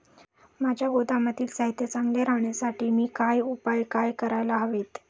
माझ्या गोदामातील साहित्य चांगले राहण्यासाठी मी काय उपाय काय करायला हवेत?